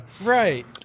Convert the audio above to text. Right